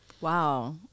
Wow